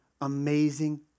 amazing